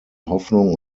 hoffnung